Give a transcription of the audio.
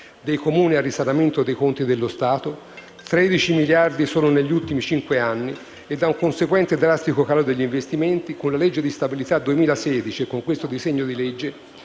dei Comuni al risanamento dei conti dello Stato (13 miliardi solo negli ultimi cinque anni) e da un conseguente drastico calo degli investimenti, con la legge di stabilità 2016 e con questo disegno di legge